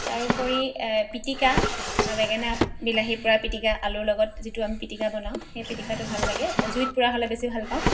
তাৰ উপৰি পিটিকা বেঙেনা বিলাহীৰ পোৰা পিটিকা আলুৰ লগত যিটো আমি পিটিকা বনাওঁ সেই পিটিকাটো ভাল লাগে জুইত পোৰা হ'লে বেছি ভাল পাওঁ